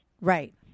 Right